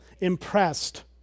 impressed